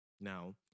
now